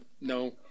No